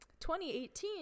2018